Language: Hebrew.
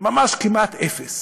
ממש כמעט אפס.